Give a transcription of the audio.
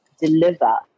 deliver